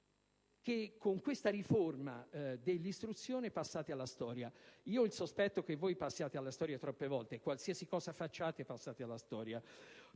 quale con questa riforma dell'istruzione voi passerete alla storia. Io ho il sospetto che voi passiate alla storia troppe volte: qualsiasi cosa facciate passate alla storia.